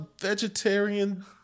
vegetarian